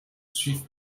suive